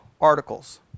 articles